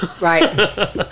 Right